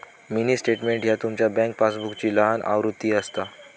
mini statement ह्या तुमचा bank पासबुकची लहान आवृत्ती असता